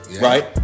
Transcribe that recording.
Right